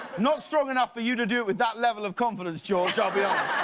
not strong enough for you to do it with that level of confidence, george, i'll be ah